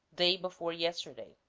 day before yesterday